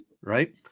Right